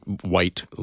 white